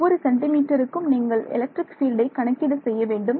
ஒவ்வொரு சென்டிமீட்டருக்கும் நீங்கள் எலக்ட்ரிக் ஃபீல்டை கணக்கீடு செய்ய வேண்டும்